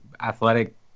athletic